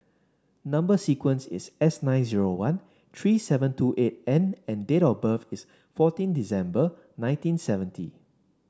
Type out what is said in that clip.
number sequence is S nine zero one three seven two eight N and date of birth is fourteen December nineteen seventy